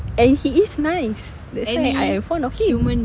and he is nice that's why I am fond of him